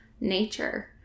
nature